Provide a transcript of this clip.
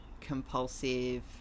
compulsive